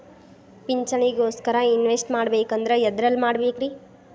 ಪಿಂಚಣಿ ಗೋಸ್ಕರ ಇನ್ವೆಸ್ಟ್ ಮಾಡಬೇಕಂದ್ರ ಎದರಲ್ಲಿ ಮಾಡ್ಬೇಕ್ರಿ?